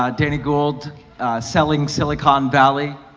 ah danny gold selling silicon valley.